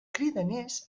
cridaners